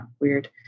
weird